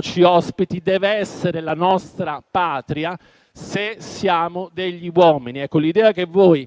ci ospiti deve essere la nostra patria, se siamo degli uomini. Il fatto che voi